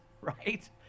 right